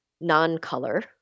non-color